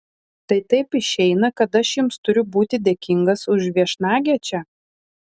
tai taip išeina kad aš jums turiu būti dėkingas už viešnagę čia